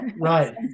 right